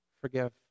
forgive